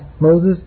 Moses